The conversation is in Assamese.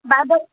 বাইদেউ